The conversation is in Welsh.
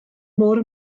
môr